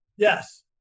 Yes